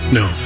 no